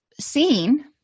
seen